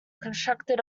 constructed